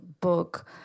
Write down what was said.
book